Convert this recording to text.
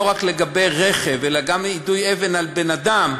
לא רק על רכב אלא גם יידוי אבן על בן-אדם,